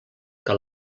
que